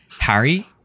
Harry